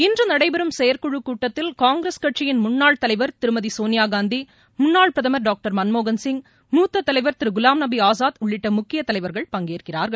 இன்று நடைபெறும் செயற்குழு கூட்டத்தில் காங்கிரஸ் கட்சியின் முன்னாள் தலைவர் திருமதி சோனியா காந்தி முன்னாள் பிரதமர் டாக்டர் மன்மோகன் சிங் மூத்த தலைவர் திரு குலாம்நபி ஆசாத் உள்ளிட்ட முக்கிய தலைவர்கள் பங்கேற்கிறார்கள்